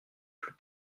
plus